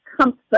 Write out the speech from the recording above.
comfort